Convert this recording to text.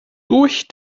durch